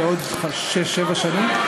שיהיה בעוד שש-שבע שנים?